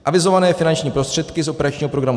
Avizované finanční prostředky z operačního programu